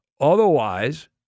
Otherwise